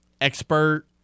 expert